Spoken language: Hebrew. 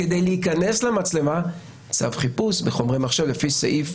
כדי להיכנס למצלמה נדרש צו חיפוש בחומרי מחשב לפי סעיף